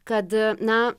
kad na